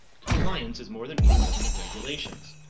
compliance is more than meeting government regulations,